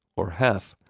or heth.